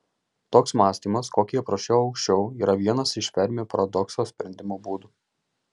toks mąstymas kokį aprašiau aukščiau yra vienas iš fermi paradokso sprendimo būdų